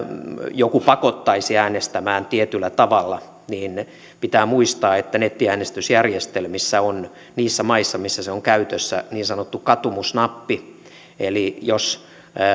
joku pakottaisi äänestämään tietyllä tavalla niin pitää muistaa että nettiäänestysjärjestelmissä on niissä maissa missä se on käytössä niin sanottu katumusnappi eli jos